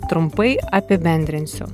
trumpai apibendrinsiu